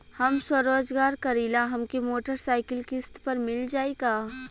हम स्वरोजगार करीला हमके मोटर साईकिल किस्त पर मिल जाई का?